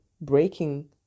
breaking